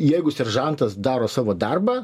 jeigu seržantas daro savo darbą